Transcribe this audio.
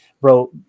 Bro